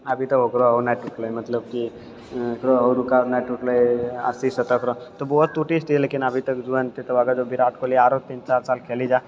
अभी तक ओकर ओ नहि टूटलै मतलब कि एकरो ओ रिकार्ड नहि टूटलै है अस्सी शतकरे तऽ उहो टूटि जेतै लेकिन अभी तक विराट कोहली आरो तीन चारि साल खेल जाइ